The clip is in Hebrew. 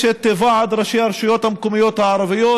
יש את ועדת ראשי הרשויות המקומיות הערביות,